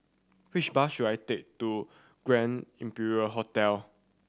which bus should I take to Grand Imperial Hotel